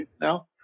now